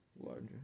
Larger